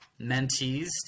mentees